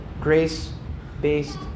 Grace-based